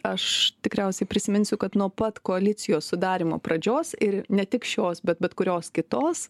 aš tikriausiai prisiminsiu kad nuo pat koalicijos sudarymo pradžios ir ne tik šios bet bet kurios kitos